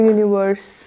Universe